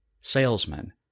salesmen